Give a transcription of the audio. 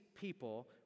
people